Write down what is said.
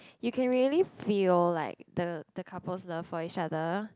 you can really feel like the the couple love for each other